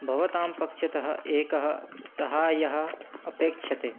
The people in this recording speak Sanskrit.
भवतां पक्षतः एकं साहाय्यम् अपेक्ष्यते